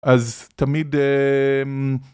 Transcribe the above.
אז תמיד...